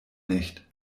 nicht